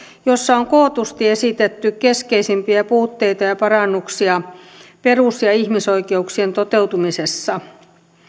jossa on kootusti esitetty keskeisimpiä puutteita ja parannuksia perus ja ihmisoikeuksien toteutumisessa